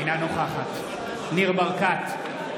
אינה נוכחת ניר ברקת,